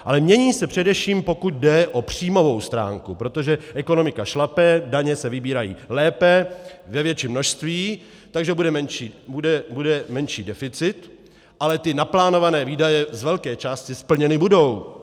Ale mění se především, pokud jde o příjmovou stránku, protože ekonomika šlape, daně se vybírají lépe, ve větším množství, takže bude menší deficit, ale naplánované výdaje z velké části splněny budou.